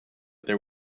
there